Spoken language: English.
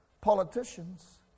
politicians